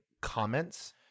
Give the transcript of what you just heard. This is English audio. comments